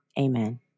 Amen